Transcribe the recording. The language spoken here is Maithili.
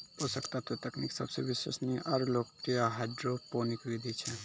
पोषक तत्व तकनीक सबसे विश्वसनीय आरु लोकप्रिय हाइड्रोपोनिक विधि छै